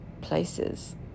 places